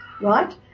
right